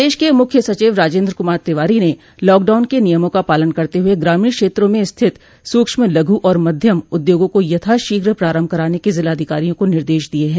प्रदेश के मुख्य सचिव राजेन्द्र कुमार तिवारी ने लॉकडाउन के नियमों का पालन करते हुए ग्रामीण क्षेत्रों में स्थित सूक्ष्म लघु और मध्यम उद्योगों को यथा शीघ्र प्रारम्भ कराने के जिलाधिकारियों को निर्देश दिये हैं